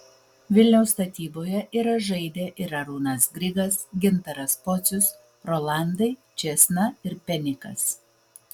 vilniaus statyboje yra žaidę ir arūnas grigas gintaras pocius rolandai čėsna ir penikas